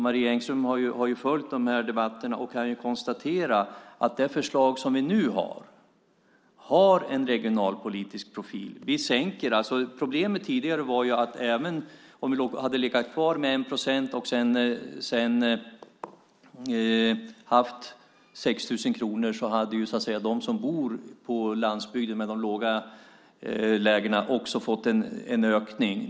Marie Engström har följt den debatten och vet säkert att de förslag som vi nu har också har en regionalpolitisk profil. Problemet var tidigare att även om vi hade legat kvar på 1 procent och sedan haft 6 000 kronor hade de som bor på landsbygden, med de låga värdena, också fått en ökning.